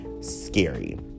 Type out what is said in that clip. scary